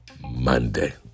Monday